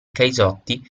caisotti